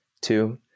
two